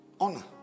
Honor